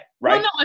right